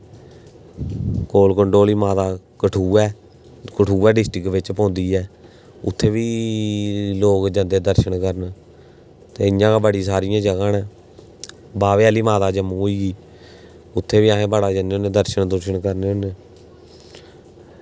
कोल कंडोली माता कोल कंडोली माता कठुआ बिच्च पौंदी ऐ उत्थै बी लोक जंदे दर्शन करने गी ते इ'यां बड़ी सारी जगह न बाह्वे आह्ली माता जम्मू होई उत्थै बी अस बड़ा जन्ने होन्ने दर्शन करने होन्ने